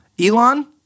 Elon